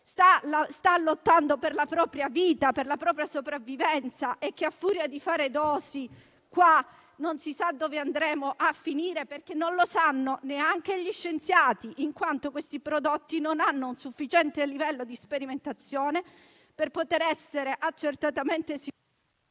sta lottando per la propria vita, per la propria sopravvivenza, e che a furia di fare dosi qua non si sa dove andremo a finire? Non lo sanno neanche gli scienziati, in quanto questi prodotti non hanno un sufficiente livello di sperimentazione per poter essere accertatamente...